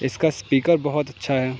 اس کا اسپیکر بہت اچھا ہے